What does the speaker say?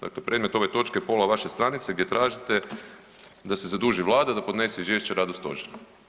Dakle, predmet ove točke je pola vaše stranice gdje tražite da se zaduži Vlada da podnese izvješće o radu Stožera.